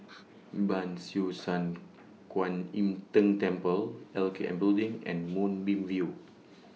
Ban Siew San Kuan Im Tng Temple L K N Building and Moonbeam View